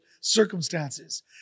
circumstances